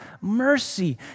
mercy